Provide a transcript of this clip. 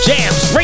Jams